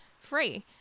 free